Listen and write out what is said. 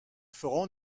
ferons